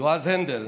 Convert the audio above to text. יועז הנדל,